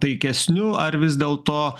taikesniu ar vis dėlto